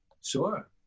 Sure